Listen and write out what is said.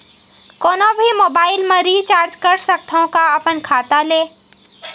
कोनो भी मोबाइल मा रिचार्ज कर सकथव का अपन खाता ले?